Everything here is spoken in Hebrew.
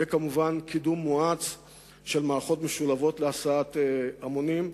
וכמובן קידום מואץ של מערכות משולבות להסעת המונים,